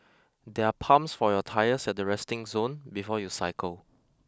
there are pumps for your tyres at the resting zone before you cycle